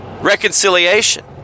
reconciliation